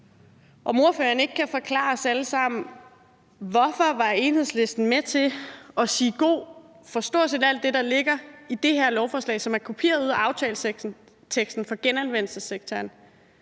om ordføreren ikke kan forklare os alle sammen, hvorfor Enhedslisten var med til at sige god for stort set alt det, der ligger i det her lovforslag, som er kopieret fra aftaleteksten om genanvendelsessektoren,